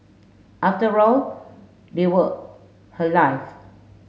after all they were her life